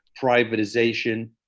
privatization